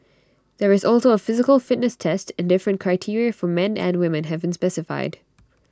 there is also A physical fitness test and different criteria for men and women have been specified